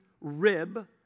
rib-